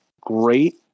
great